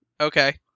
okay